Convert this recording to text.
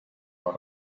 for